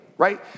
right